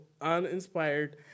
uninspired